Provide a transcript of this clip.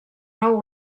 nou